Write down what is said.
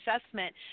assessment